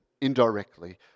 indirectly